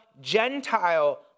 Gentile